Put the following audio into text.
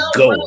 go